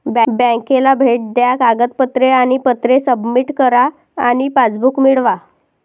बँकेला भेट द्या कागदपत्रे आणि पत्रे सबमिट करा आणि पासबुक मिळवा